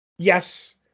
Yes